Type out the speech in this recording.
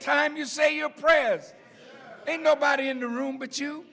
time you say your prayers and nobody in the room but you